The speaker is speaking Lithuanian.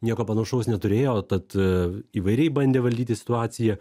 nieko panašaus neturėjo tad įvairiai bandė valdyti situaciją